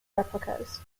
replicas